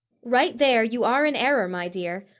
right there, you are in error, my dear.